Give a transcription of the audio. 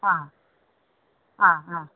ആ ആ ആ